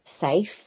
safe